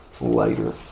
later